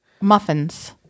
muffins